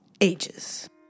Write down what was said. ages